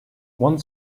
one